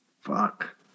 Fuck